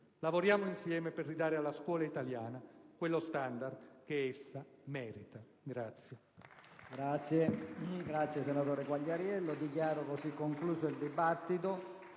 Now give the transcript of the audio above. Lavoriamo insieme per restituire alla scuola italiana lo standard che essa merita.